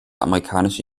amerikanische